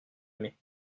aimé